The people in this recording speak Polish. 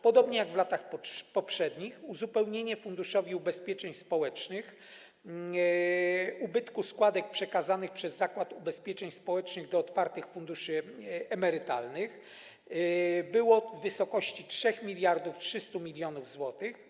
Podobnie jak w latach poprzednich uzupełnienie Funduszowi Ubezpieczeń Społecznych ubytku składek przekazanych przez Zakład Ubezpieczeń Społecznych do otwartych funduszy emerytalnych było w wysokości 3300 mln zł.